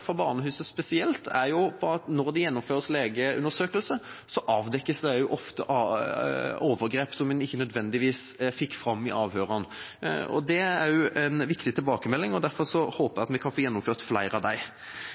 fra barnehusene spesielt er at når det gjennomføres legeundersøkelse, avdekkes det også ofte overgrep som en ikke nødvendigvis fikk fram i avhørene. Det er også en viktig tilbakemelding. Derfor håper jeg at vi kan få gjennomført flere av